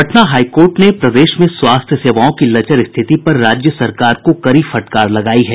Patna high court ने प्रदेश में स्वास्थ्य सेवाओं की लचर स्थिति पर राज्य सरकार को कड़ी फटकार लगायी है